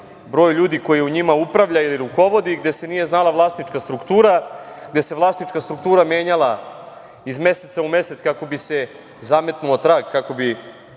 broj ljudi koji u njima upravlja i rukovodi, i gde se nije znala vlasnička struktura, gde se vlasnička struktura menjala iz meseca u mesec kako bi se zametnuo trag kako bi